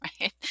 right